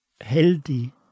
healthy